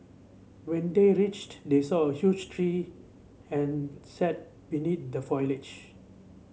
when they reached they saw a huge tree and sat beneath the foliage